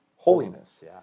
Holiness